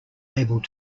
able